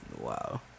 Wow